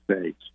States